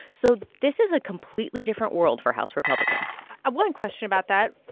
so this is a completely different world for house republicans one question about that.